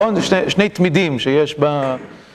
שני תמידים שיש ב...